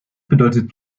bedeutet